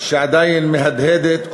שעדיין מהדהדת,